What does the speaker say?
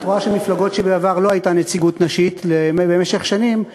את רואה שבמפלגות שבעבר לא הייתה להן נציגות נשית במשך שנים,